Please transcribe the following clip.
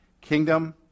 kingdom